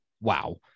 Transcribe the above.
wow